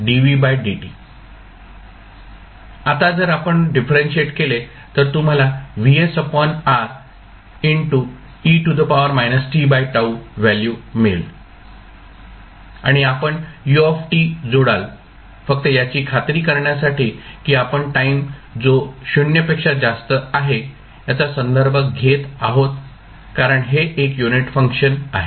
आता जर आपण डिफरंशिएट केले तर तुम्हाला व्हॅल्यू मिळेल आणि आपण u जोडाल फक्त याची खात्री करण्यासाठी की आपण टाईम जो 0 पेक्षा जास्त आहे याचा संदर्भ घेत आहोत कारण हे एक युनिट फंक्शन आहे